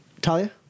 Talia